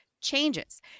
changes